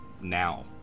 Now